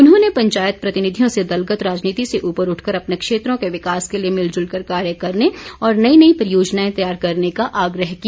उन्होंने पंचायत प्रतिनिधियों से दलगत राजनीति से ऊपर उठकर अपने क्षेत्रों के विकास के लिए मिलजुल कर कार्य करने और नई नई परियोजनाएं तैयार करने का आग्रह किया